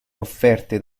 offerte